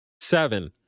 seven